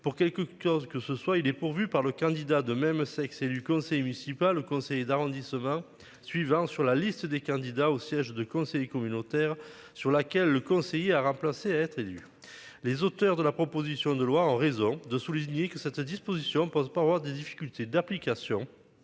pour quelque cause que ce soit, il est pourvu par le candidat de même sexe et du conseil municipal. Le conseiller d'arrondissement suivant sur la liste des candidats au siège de conseiller communautaire sur laquelle le conseiller à remplacer, être élu. Les auteurs de la proposition de loi en raison de souligner que cette disposition pose pas avoir des difficultés d'application.